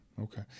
Okay